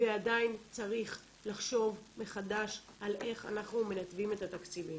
ועדיין צריך לחשוב מחדש על איך אנחנו מנתבים את התקציבים.